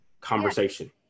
conversation